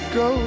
go